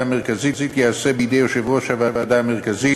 המרכזית ייעשה בידי יושב-ראש הוועדה המרכזית,